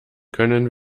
können